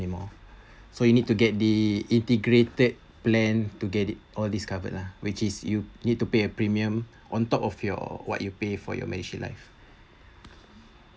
anymore so you need to get the integrated plan to get it or discovered lah which is you need to pay a premium on top of your what you pay for your medishield life